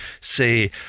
say